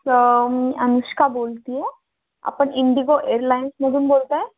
सं मी अनुष्का बोलते आहे आपण इंडिगो एअरलाईन्समधून बोलताय